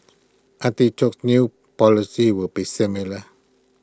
artichoke's new policy will be similar